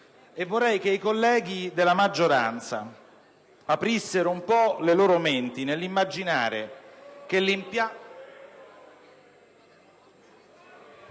vorrei che i colleghi della maggioranza aprissero un po' le loro menti nell'immaginare...